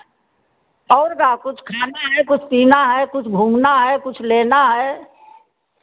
और का कुछ खाना है कुछ पीना है कुछ घूमना है कुछ लेना है